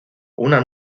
una